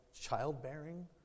childbearing